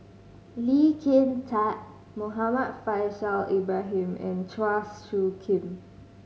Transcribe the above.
Lee Kin Tat Muhammad Faishal Ibrahim and Chua Soo Khim